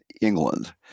England